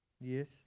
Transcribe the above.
Yes